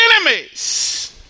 enemies